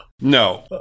No